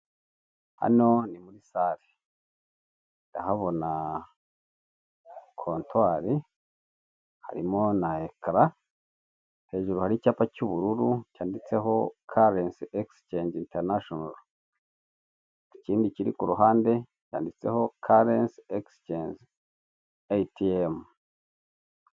Hano ni muri sare, ndahabona kontwari, harimo na ekara, hejuru hari icyapa cy'ubururu cyanditseho karensi egisicenji intanashono. Ikindi kiri ku ruhande cyanditseho karensi egisicenji eyitiyemu.